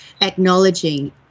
acknowledging